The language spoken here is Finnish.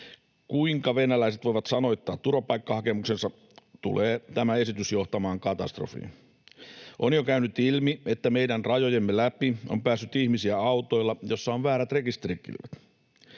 kuinka venäläiset voivat sanoittaa turvapaikkahakemuksensa, tulee tämä esitys johtamaan katastrofiin. On jo käynyt ilmi, että meidän rajojemme läpi on päässyt ihmisiä autoilla, joissa on väärät rekisterikilvet.